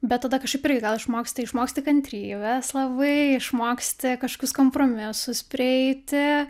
bet tada kažkaip irgi gal išmoksti išmoksti kantrybės labai išmoksti kažkokius kompromisus prieiti